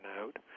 out